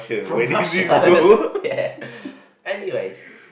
from Russia ya anyways